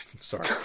Sorry